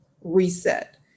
reset